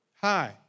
hi